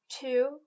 two